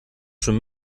schon